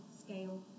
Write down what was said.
scale